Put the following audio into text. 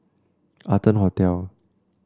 Arton Hotel